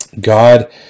God